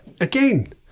again